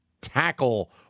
tackle